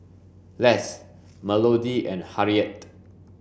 Less Melodee and Harriette